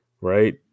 right